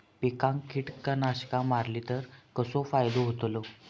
पिकांक कीटकनाशका मारली तर कसो फायदो होतलो?